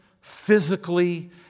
physically